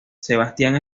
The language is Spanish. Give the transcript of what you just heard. sebastian